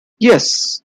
yes